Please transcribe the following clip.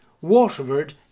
Waterford